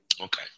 Okay